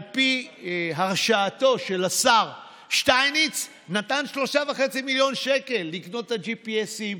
על פי הרשאתו של השר שטייניץ נתן 3.5 מיליון שקל לקנות את ה-GPS,